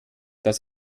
dass